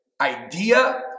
idea